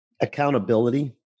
accountability